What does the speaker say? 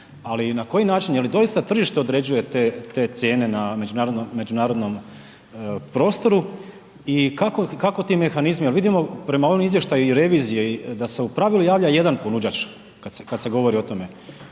Ali, na koji način, je li doista tržište određuje te cijene na međunarodnom prostoru i kako ti mehanizmi, jer vidimo prema ovom izvještaju i revizije da se u pravilu javlja jedan ponuđač, kad se govori o tome.